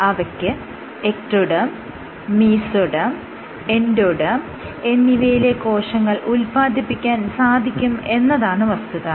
അവയ്ക്ക് ectoderm mesoderm endoderm എന്നിവയിലെ കോശങ്ങൾ ഉൽപാദിപ്പിക്കാൻ സാധിക്കും എന്നതാണ് വസ്തുത